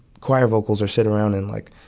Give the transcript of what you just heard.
choir vocals or sit around and, like,